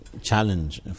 challenge